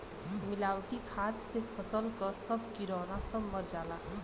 मिलावटी खाद से फसल क सब किरौना सब मर जाला